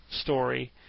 story